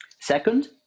Second